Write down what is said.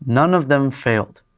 none of them failed.